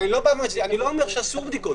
אני לא אומר שאסור בדיקות.